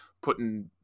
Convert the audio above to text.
putting